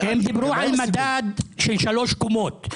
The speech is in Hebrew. הם דיברו על קריטריון של שלוש קומות.